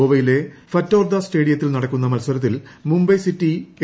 ഗോവയിലെ ഫറ്റോർദ സ്റ്റേഡിയത്തിൽ നടക്കുന്ന മത്സരത്തിൽ മുംബൈ സിറ്റി എ